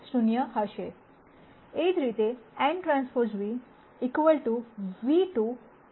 એ જ રીતે nTν ν ₂ Tn પણ 0